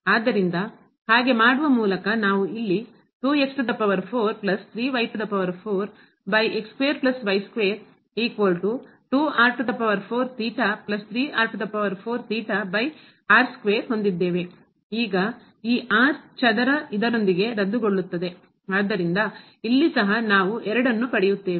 ಆದ್ದರಿಂದ ಹಾಗೆ ಮಾಡುವ ಮೂಲಕ ನಾವು ಇಲ್ಲಿ ಹೊಂದಿದ್ದೇವೆ ಈಗ ಈ ಚದರ ಸ್ಕ್ವೇರ್ ಇದರೊಂದಿಗೆ ರದ್ದುಗೊಳ್ಳುತ್ತದೆ ಆದ್ದರಿಂದ ಇಲ್ಲಿ ಸಹ ನಾವು 2 ಅನ್ನು ಪಡೆಯುತ್ತೇವೆ